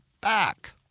back